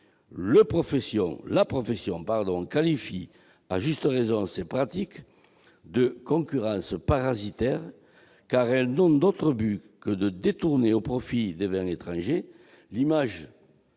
La profession qualifie, à juste raison, ces pratiques de concurrence parasitaire, car elles n'ont d'autre but que de détourner au profit des vins étrangers l'image